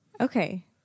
Okay